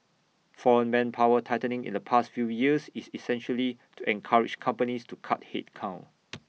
foreign manpower tightening in the past few years is essentially to encourage companies to cut headcount